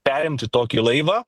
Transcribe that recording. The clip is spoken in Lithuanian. perimti tokį laivą